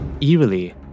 Eerily